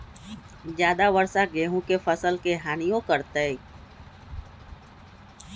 ज्यादा वर्षा गेंहू के फसल के हानियों करतै?